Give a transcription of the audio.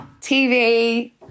TV